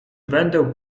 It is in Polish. będę